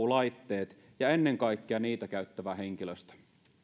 laitteet ja ennen kaikkea niitä käyttävä henkilöstö